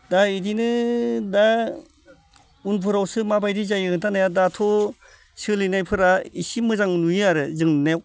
दा इदिनो दा उनफोरावसो माबायदि जायो थानाया दाथ' सोलिनायफोरा इसे मोजां नुयो आरो जों नुनायाव